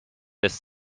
lässt